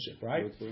right